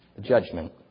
Judgment